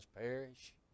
perish